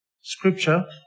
scripture